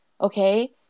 Okay